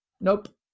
nope